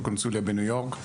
בקונסוליה בניו-יורק,